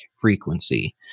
frequency